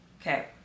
Okay